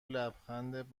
لبخند